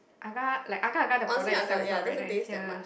agar like agar-agar the powder itself is not very nice ya